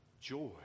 joy